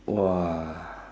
!wah!